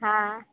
હા